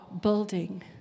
building